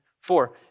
Four